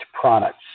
products